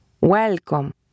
Welcome